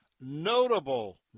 notable